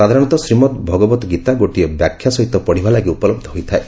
ସାଧାରଣତଃ ଶ୍ରୀମଦ୍ ଭଗବତ୍ ଗୀତା ଗୋଟିଏ ବାଖ୍ୟା ସହିତ ପଢ଼ିବା ଲାଗି ଉପଲବ୍ଧ ହୋଇଥାଏ